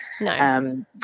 No